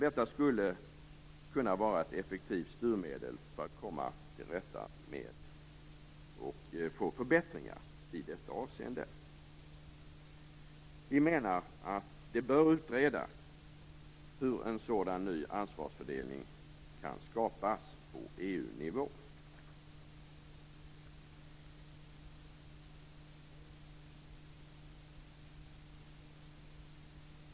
Det skulle kunna vara ett effektivt styrmedel för att åstadkomma förbättringar i detta avseende. Vi menar att det bör utredas hur en sådan, ny ansvarsfördelning kan skapas på EU-nivå.